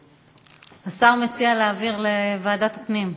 השר מציע להעביר לוועדת הפנים.